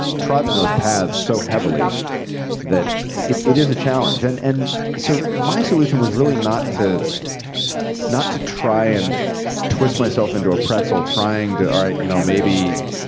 trodden those paths so heavily that it is a challenge. and and so my solution was really not to not to try and twist myself into a pretzel trying to you know maybe,